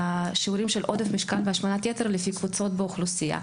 שיעורי עודף משקל והשמנת יתר לפי קבוצות באוכלוסייה,